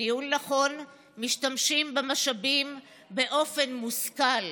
בניהול נכון משתמשים במשאבים באופן מושכל.